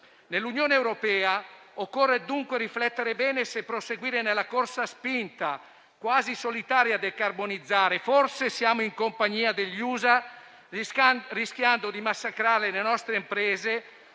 Nell'Unione europea occorre dunque riflettere bene se proseguire nella corsa spinta, quasi solitaria, a decarbonizzare - forse siamo in compagnia degli USA - rischiando di massacrare le nostre imprese,